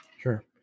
sure